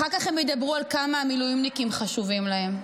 אחר כך הם יאמרו כמה המילואימניקים חשובים להם.